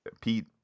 pete